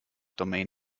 domain